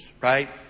right